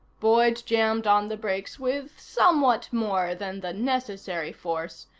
boyd jammed on the brakes with somewhat more than the necessary force,